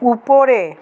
উপরে